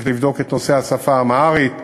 צריך לבדוק את נושא השפה האמהרית,